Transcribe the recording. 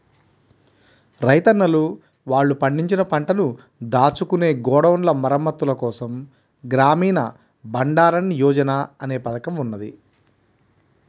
రైతన్నలు వాళ్ళు పండించిన పంటను దాచుకునే గోడౌన్ల మరమ్మత్తుల కోసం గ్రామీణ బండారన్ యోజన అనే పథకం ఉన్నది